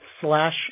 slash